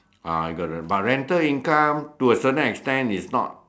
ah you got to but rental income to a certain extent is not